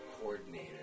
coordinator